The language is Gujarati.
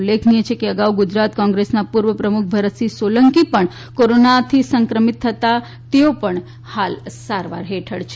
ઉલ્લેખનીય છે કે અગાઉ ગુજરાત કોંગ્રેસના પૂર્વ પ્રમુખ ભરતસિંહ સોલંકી પણ કોરોના સંક્રમિત થતા તેઓ પણ હાલ સારવાર હેઠળ છે